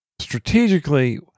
Strategically